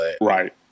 Right